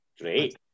Great